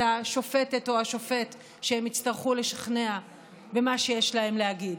את השופטת או השופט הם יצטרכו לשכנע במה שיש להם להגיד.